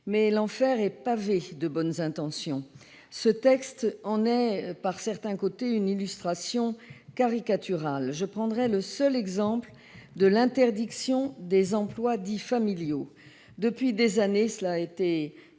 Mais l'enfer est pavé de bonnes intentions ... Ce texte en est par certains côtés une illustration caricaturale. Je prendrai le seul exemple de l'interdiction des emplois dits « familiaux ». Depuis des années, comme cela a été